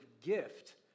gift